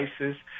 devices